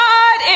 God